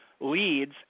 Leads